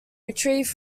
retrieved